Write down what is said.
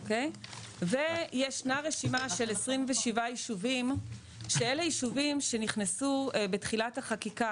וישנה רשימה של 27 ישובים שאלה ישובים שנכנסו בתחילת החקיקה